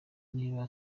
niba